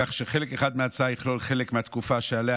כך שחלק אחד מההצעה יכלול חלק מהתקופה שעליה